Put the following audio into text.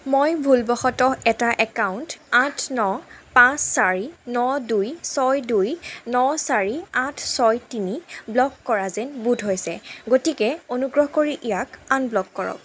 মই ভুলবশতঃ এটা একাউণ্ট আঠ ন পাঁচ চাৰি ন দুই ছয় দুই ন চাৰি আঠ ছয় তিনি ব্লক কৰা যেন বোধ হৈছে গতিকে অনুগ্ৰহ কৰি ইয়াক আনব্লক কৰক